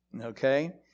okay